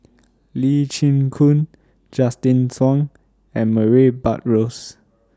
Lee Chin Koon Justin Zhuang and Murray Buttrose